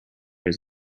his